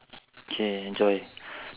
K enjoy